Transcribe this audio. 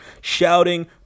shouting